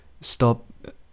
stop